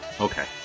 Okay